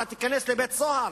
אתה תיכנס לבית-סוהר.